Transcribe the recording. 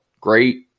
great